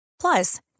Plus